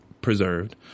Preserved